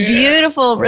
beautiful